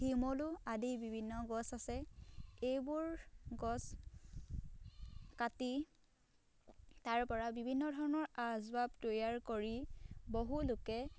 শিমলু আদি বিভিন্ন গছ আছে এইবোৰ গছ কাটি তাৰ পৰা বিভিন্ন ধৰণৰ আচবাব তৈয়াৰ কৰি বহু লোকে